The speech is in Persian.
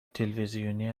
تلویزیونی